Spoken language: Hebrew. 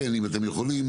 אם אתם יכולים,